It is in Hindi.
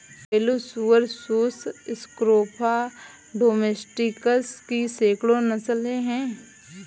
घरेलू सुअर सुस स्क्रोफा डोमेस्टिकस की सैकड़ों नस्लें हैं